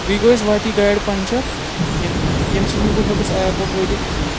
بیٚیہِ گوٚو اَسہِ وَتی گاڑِ پَنچَر ییٚمہِ ییٚمہِ سٍتۍ نہٕ بہٕ ہیٚوکُس اَیَرپوٹ وٲتِتھ کیٚنٛہہ